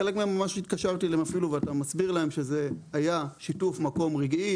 לחלק מהם התקשרתי והסברתי שזה שיתוף מקום רביעי